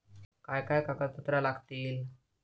काय काय कागदपत्रा लागतील?